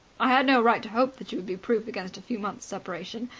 i had no right to hope that you would be proof against a few months' separation.